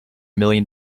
million